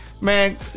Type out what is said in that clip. man